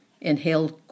Inhaled